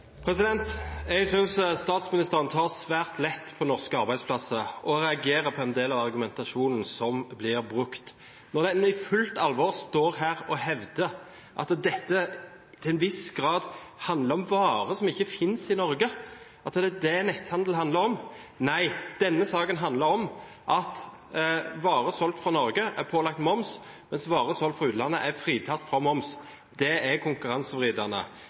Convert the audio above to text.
jeg reagerer på en del av argumentasjonen som blir brukt, når en i fullt alvor står her og hevder at dette til en viss grad handler om varer som ikke finnes i Norge, at det er det netthandel handler om. Nei, denne saken handler om at varer solgt fra Norge er pålagt moms, mens varer solgt fra utlandet er fritatt for moms. Det er konkurransevridende.